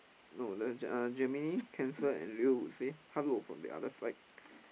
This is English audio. no then uh Gemini Cancer and Leo would say the other side